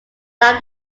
that